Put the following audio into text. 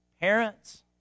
parents